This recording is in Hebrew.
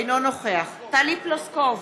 אינו נוכח טלי פלוסקוב,